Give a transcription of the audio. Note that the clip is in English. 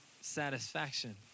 satisfaction